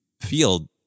field